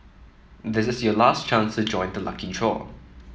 this is your last chance to join the lucky draw